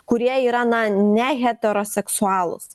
kurie yra na ne heteroseksualūs